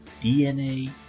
DNA